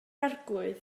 arglwydd